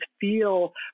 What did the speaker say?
feel